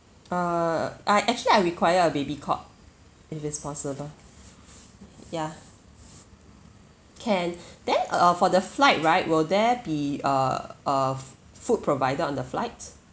err I actually I require a baby cot if it's possible ya can then uh for the flight right will there be uh uh food provided on the flight